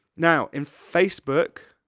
now, in facebook,